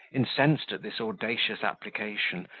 incensed at this audacious application,